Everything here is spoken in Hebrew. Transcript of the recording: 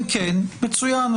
אם כן מצוין,